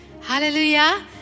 Hallelujah